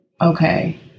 okay